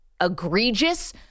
egregious